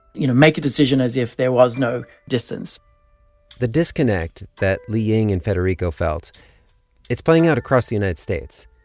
you know, make a decision as if there was no distance the disconnect that liying and federico felt it's playing out across the united states.